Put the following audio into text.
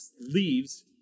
leaves